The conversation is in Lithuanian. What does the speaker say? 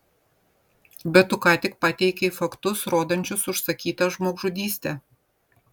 bet tu ką tik pateikei faktus rodančius užsakytą žmogžudystę